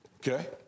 Okay